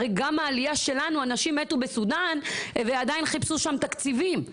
הרי גם בעלייה שלנו אנשים מתו מסודן ועדיין חיפשו שם תקציבים,